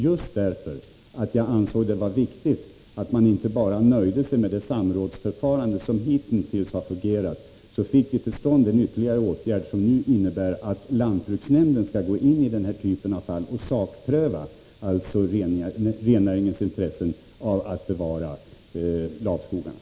Just därför att jag ansåg att det var viktigt att man inte bara nöjde sig med det samrådsförfarande som hitintills har fungerat, fick vi till stånd en ytterligare åtgärd som nu innebär att lantbruksnämnden skall gå in i denna typ av fall och sakpröva rennäringens intressen av att bevara lavskogarna.